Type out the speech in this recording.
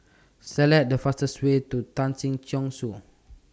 Select The fastest Way to Tan Si Chong Su